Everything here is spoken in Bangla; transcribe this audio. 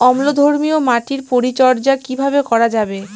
অম্লধর্মীয় মাটির পরিচর্যা কিভাবে করা যাবে?